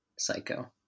psycho